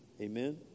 Amen